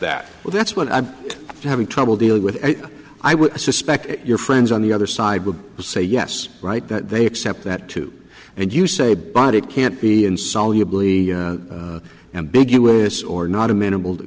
that well that's what i'm having trouble dealing with i would suspect your friends on the other side would say yes right that they accept that too and you say but it can't be insoluble ie ambiguous or not amenable to